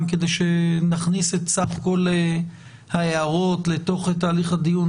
ונוכל להכניס את סך כל ההערות לתוך הדיון,